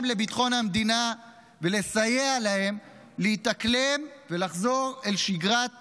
לביטחון המדינה ולסייע להם להתאקלם ולחזור אל שגרת הלימודים.